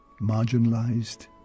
marginalized